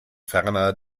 ferner